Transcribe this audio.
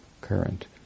Current